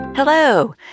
Hello